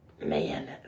Man